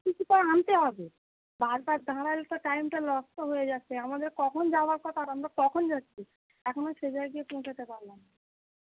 কিছু তো আনতে হবে বারবার দাঁড়ালে তো টাইমটা লস তো হয়ে যাচ্ছে আমাদের কখন যাওয়ার কথা আর আমরা কখন যাচ্ছি এখনও সে জায়গায় পৌঁছাতে পারলাম না